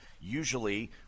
usually